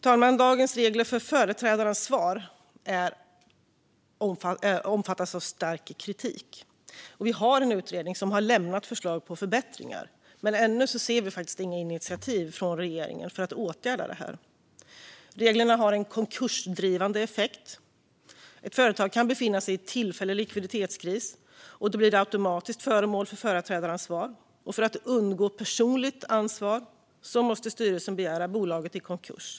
Fru talman! Dagens regler för företrädaransvar är föremål för omfattande kritik. En utredning har lämnat förslag på förbättringar, men ännu ser vi inga initiativ från regeringen för att åtgärda problemen. Reglerna har en konkursdrivande effekt. Ett företag som befinner sig i tillfällig likviditetskris blir automatiskt föremål för företrädaransvar. För att undgå personligt ansvar måste styrelsen begära bolaget i konkurs.